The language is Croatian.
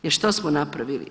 Jer što smo napravili?